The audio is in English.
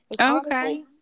Okay